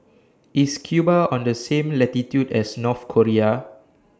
IS Cuba on The same latitude as North Korea